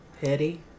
petty